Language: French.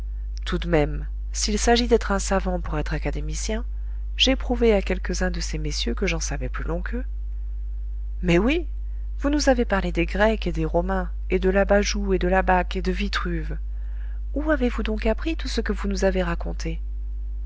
tout de même s'il s'agit d'être un savant pour être académicien j'ai prouvé à quelques-uns de ces messieurs que j'en savais plus long qu'eux mais oui vous nous avez parlé des grecs et des romains et de l'abajoue et de l'abaque et de vitruve où avez-vous donc appris tout ce que vous nous avez raconté